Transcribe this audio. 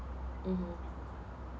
mmhmm